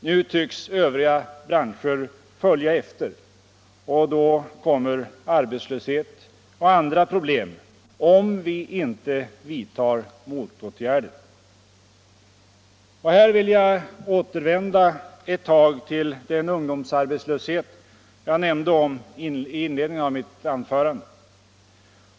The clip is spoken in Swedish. Nu tycks övriga branscher följa efter, och då kommer arbetslöshet och andra problem, om vi inte vidtar motåtgärder. Här vill jag återvända ett tag till den ungdomsarbetslöshet jag nämnde i inledningen av mitt anförande.